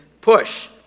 push